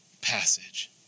passage